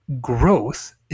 growth